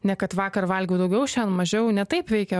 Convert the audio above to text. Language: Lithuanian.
ne kad vakar valgiau daugiau šiandien mažiau ne taip veikia